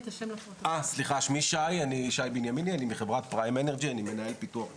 אני מחברת פריים אנרג'י, אני מנהל פיתוח עסקי,